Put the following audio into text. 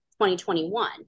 2021